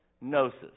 Gnosis